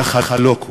יחלוקו.